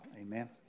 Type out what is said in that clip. Amen